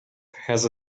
has